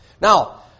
Now